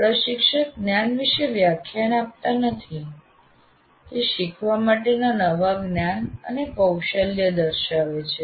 પ્રશિક્ષક જ્ઞાન વિશે વ્યાખ્યાન આપતા નથી તે શીખવા માટેના નવા જ્ઞાન અને કૌશલ્ય દર્શાવે છે